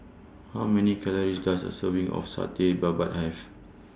How Many Calories Does A Serving of Satay Babat Have